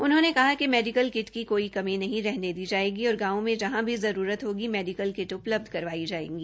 उन्होंने कहा कि मेडिकल किट की कोई कमी नहीं रहने दी जायेगी और गांवों में जहां भी ज्रूरत होगी मेडिकल किट उपलब्ध जायेगी